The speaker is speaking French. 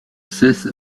cesse